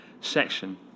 section